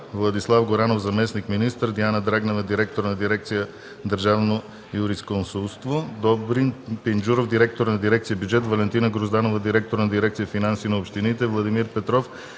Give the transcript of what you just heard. Владислав Горанов – заместник-министър на финансите, Диана Драгнева – директор на дирекция „Държавно юрисконсултство”, Добрин Пинджуров – директор на дирекция „Бюджет”, Валентина Грозданова – директор на дирекция „Финанси на общините”, Владимир Петров